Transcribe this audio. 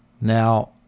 Now